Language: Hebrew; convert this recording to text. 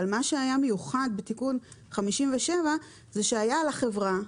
אבל מה שהיה מיוחד בתיקון 57 הוא שהיה על החברה,